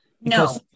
No